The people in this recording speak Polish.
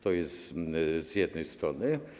To jest z jednej strony.